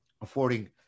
affording